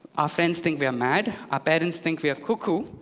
our friends think we're mad. our parents think we're cuckoo.